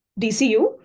DCU